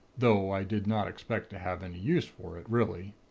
though i did not expect to have any use for it, really.